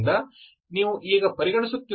ಆದ್ದರಿಂದ ನೀವು ಈಗ ಪರಿಗಣಿಸುತ್ತಿರುವುದು y y0